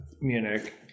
Munich